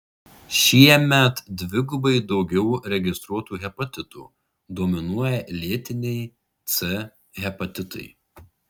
šiemet dvigubai daugiau registruotų hepatitų dominuoja lėtiniai c hepatitai